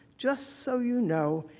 just so you know,